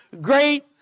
great